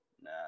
nah